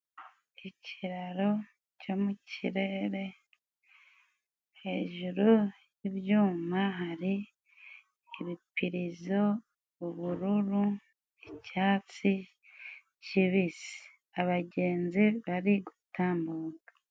Ikiraro cyo mu kirere, hejuru y'ibyuma hari ibipirizo, ubururu, icyatsi kibisi, abagenzi bari gutambuka.